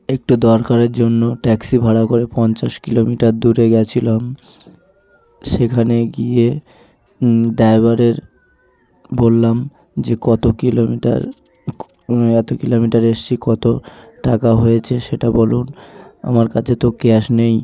একটু দরকারের জন্য ট্যাক্সি ভাড়া করে পঞ্চাশ কিলোমিটার দূরে গিয়েছিলাম সেখানে গিয়ে ড্রাইভারের বললাম যে কত কিলোমিটার এত কিলোমিটার এসেছি কত টাকা হয়েছে সেটা বলুন আমার কাছে তো ক্যাশ নেই